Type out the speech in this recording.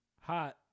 Hot